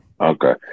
Okay